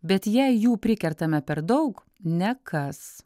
bet jei jų prikertame per daug ne kas